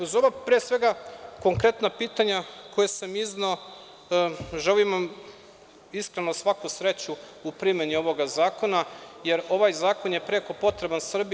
Uz ova pre svega konkretna pitanja koja sam izneo, želim vam iskreno svaku sreću u primeni ovog zakona, jer ovaj zakon je preko potreban Srbiji.